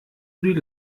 die